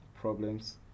problems